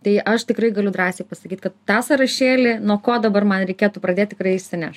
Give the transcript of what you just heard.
tai aš tikrai galiu drąsiai pasakyt kad tą sąrašėlį nuo ko dabar man reikėtų pradėt tikrai isineš